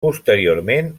posteriorment